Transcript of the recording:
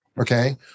Okay